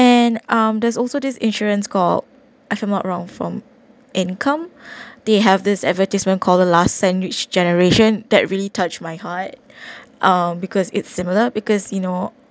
and um there's also this insurance called if I'm not wrong from income they have this advertisement call the last sandwiched generation that really touched my heart uh because it's similar because you know